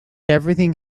everything